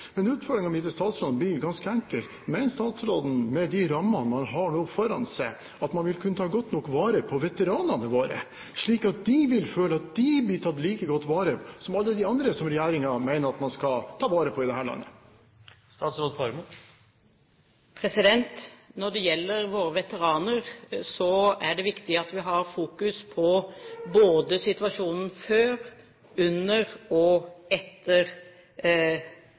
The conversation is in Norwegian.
til statsråden blir ganske enkelt: Mener statsråden med de rammene man nå har foran seg, at man vil kunne ta godt nok vare på veteranene våre, slik at de vil føle at de blir tatt like godt vare på som alle de andre som regjeringen mener at man skal ta vare på i dette landet? Når det gjelder våre veteraner, er det viktig at vi har fokus på situasjonen både før oppdrag, under oppdrag og etter